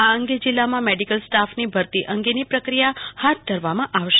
આ અંગે જીલ્લામાં મેડીકલ સ્ટાફની ભરતી અંગેની પ્રક્રિયા હાથ ધરવામાં આવશે